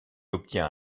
obtient